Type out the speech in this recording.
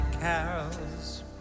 carols